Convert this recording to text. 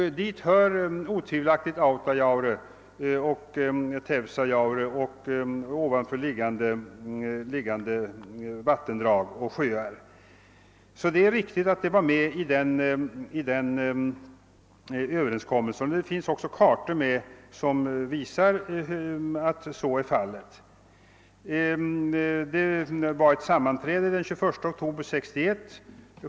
Dit hör otvivelaktigt Autajaure och Teusajaure och ovanför liggande vattendrag och sjöar. Dessa områden var upptagna i överenskommelsen. Kartor finns med som visar att så är fallet.